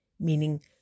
meaning